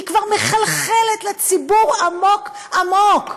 היא כבר מחלחלת לציבור עמוק עמוק.